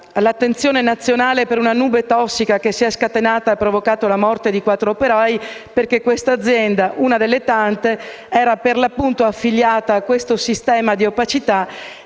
all'attenzione nazionale per una nube tossica che si è scatenata ed ha provocato la morte di quattro operai. Infatti questa azienda che era per l'appunto affiliata a questo sistema di opacità